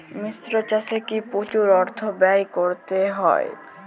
মিশ্র চাষে কি প্রচুর অর্থ ব্যয় করতে হয়?